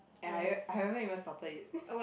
and I I haven't even started it